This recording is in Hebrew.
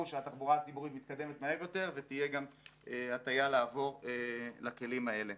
שהתחבורה הציבורית מתקדמת מהר יותר ותהיה גם הטיה לעבור לכלים האלה.